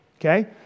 Okay